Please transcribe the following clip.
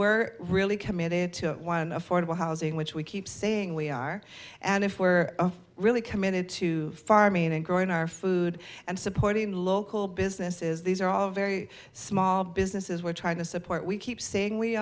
we're really committed to one affordable housing which we keep saying we are and if we are really committed to farming and growing our food and supporting local businesses these are all very small businesses we're trying to support we keep saying we